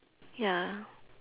ya